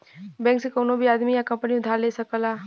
bank से कउनो भी आदमी या कंपनी उधार ले सकला